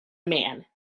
man